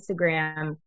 Instagram